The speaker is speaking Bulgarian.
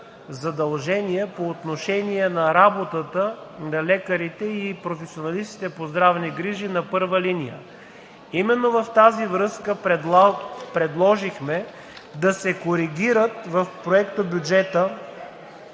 задължение по отношение работата на лекарите и професионалистите по здравни грижи на първа линия. Именно в тази връзка предложихме да се коригира в Проектобюджета